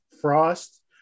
frost